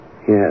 Yes